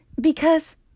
because